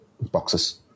boxes